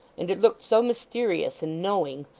and it looked so mysterious and knowing,